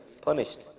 punished